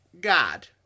God